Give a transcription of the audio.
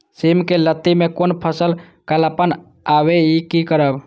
सिम के लत्ती में फुल में कालापन आवे इ कि करब?